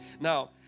Now